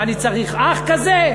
מה, אני צריך אח כזה?